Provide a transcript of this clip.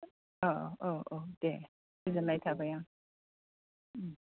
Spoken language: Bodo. औ औ दे गोजोन्नाय थाबाय आं